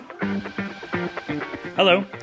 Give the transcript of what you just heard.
Hello